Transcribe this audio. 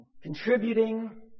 contributing